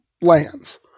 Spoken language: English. lands